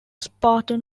spartan